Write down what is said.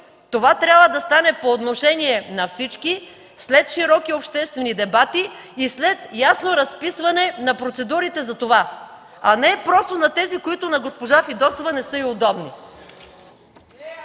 това трябва да стане по отношение на всички след широки обществени дебати и след ясно разписване на процедурите за това, а не просто на тези, които на госпожа Фидосова не са й удобни!